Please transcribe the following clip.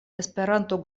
esperanto